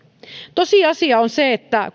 tosiasia on markkinoiden suitsimisen suhteen se että